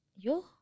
Yo